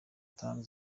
tanu